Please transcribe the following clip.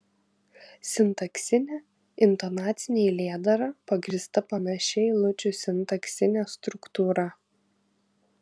sintaksinė intonacinė eilėdara pagrįsta panašia eilučių sintaksine struktūra